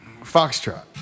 Foxtrot